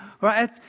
right